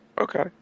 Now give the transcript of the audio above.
Okay